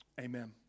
Amen